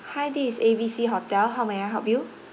hi this is A B C hotel how may I help you